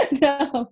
no